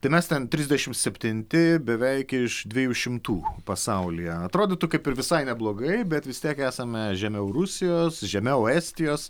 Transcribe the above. tai mes ten trisdešim septinti beveik iš dviejų šimtų pasaulyje atrodytų kaip ir visai neblogai bet vis tiek esame žemiau rusijos žemiau estijos